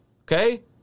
Okay